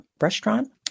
restaurant